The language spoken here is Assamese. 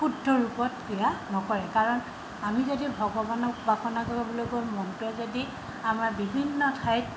শুদ্ধ ৰূপত ক্ৰিয়া নকৰে কাৰণ আমি যদি ভগৱানক উপাসনা কৰিবলৈ গৈ মনটোৱে যদি আমাৰ বিভিন্ন ঠাইত